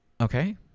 okay